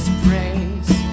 praise